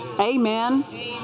Amen